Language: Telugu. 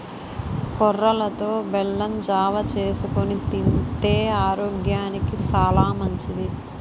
కొర్రలతో బెల్లం జావ చేసుకొని తింతే ఆరోగ్యానికి సాలా మంచిది